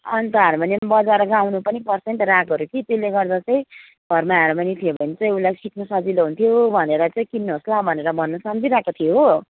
अन्त हार्मोनियम बजाएर गाउनु पनि पर्छ नि त रागहरू कि त्यसले गर्दा चाहिँ घरमा हार्मोनियम थियो भने चाहिँ उसलाई सिक्नु सजिलो हुन्थ्यो भनेर चाहिँ किन्नुहोस् ल भनेर भन्नु सम्झिरहेको थिएँ हो